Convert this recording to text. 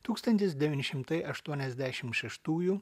tūkstantis devyni šimtai aštuoniasdešim šeštųjų